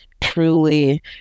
truly